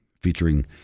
featuring